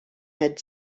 had